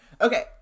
okay